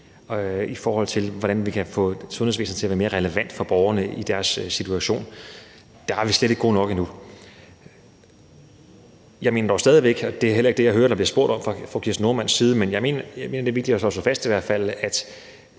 i forhold til hvordan vi kan få sundhedsvæsenet til at være mere relevant for borgerne i deres situation – der er vi slet ikke gode nok endnu. Og det er heller ikke det, jeg hører der bliver spurgt om fra fru Kirsten Normann Andersens side, men jeg mener dog i hvert fald